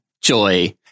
Joy